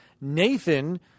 Nathan